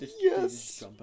Yes